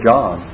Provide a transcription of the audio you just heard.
John